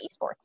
esports